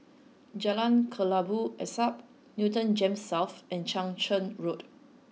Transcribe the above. Jalan Kelabu Asap Newton Gems South and Chang Charn Road